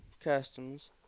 customs